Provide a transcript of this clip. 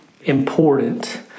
important